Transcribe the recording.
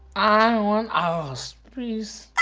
i want ah arroz, please.